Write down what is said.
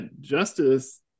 Justice